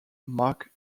marc